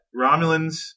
Romulans